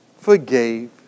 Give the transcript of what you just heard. forgave